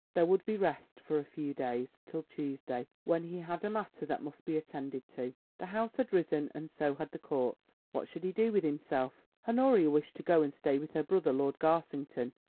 there would be rest for a few days till tuesday, when he had a matter that must be attended to the house had risen and so had the courts. what should he do with himself? honoria wished to go and stay with her brother, lord garsington,